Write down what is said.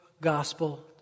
gospel